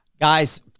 guys